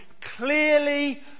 clearly